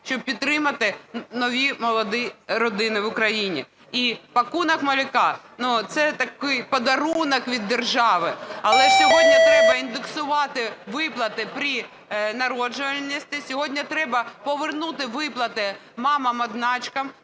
щоб підтримати нові молоді родини в Україні. І "пакунок малюка", ну, це такий подарунок від держави. Але ж сьогодні треба індексувати виплати при народжуваності, сьогодні треба повернути виплати мамам-одиначкам,